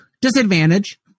Disadvantage